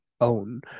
own